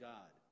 God